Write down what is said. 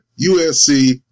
USC